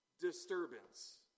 Disturbance